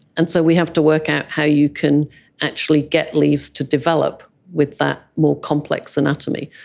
and so we have to work out how you can actually get leaves to develop with that more complex anatomy.